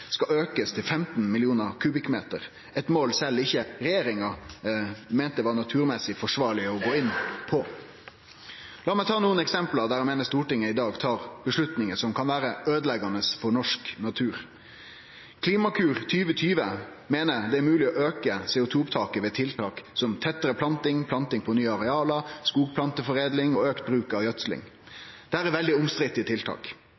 skal aukast til 15 millionar kubikkmeter, eit mål sjølv ikkje regjeringa meinte var naturmessig forsvarleg å gå inn på. La meg ta nokre eksempel der eg meiner Stortinget i dag tar avgjerder som kan vere øydeleggjande for norsk natur. Klimakur 2020 meiner det er mogleg å auke CO2-opptaket ved tiltak som tettare planting, planting på nye areal, skogplanteforedling og auka bruk av gjødsling. Dette er veldig omstridde tiltak.